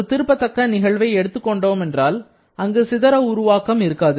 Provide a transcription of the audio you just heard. ஒரு திருப்ப தக்க நிகழ்வை எடுத்துக்கொண்டோம் என்றால் அங்கு சிதற உருவாக்கம் இருக்காது